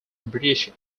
british